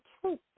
truth